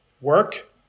work